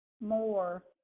more